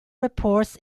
reports